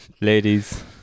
ladies